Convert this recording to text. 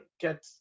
get